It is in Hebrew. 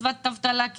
קצבת אבטלה,